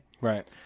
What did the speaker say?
Right